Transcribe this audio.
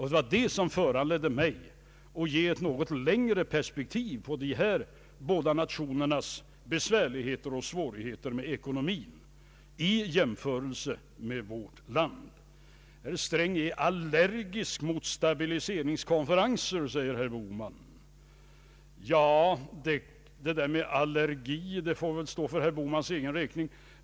Det var detta som föranledde mig att ge ett något längre perspektiv på dessa båda nationers besvärligheter och svårigheter med ekonomin i jämförelse med vårt land. Herr Sträng är allergisk mot stabiliseringskonferenser, påstår herr Bohman. Ja, det där med allergi får väl stå för herr Bohmans egen räkning.